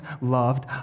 loved